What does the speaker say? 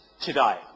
today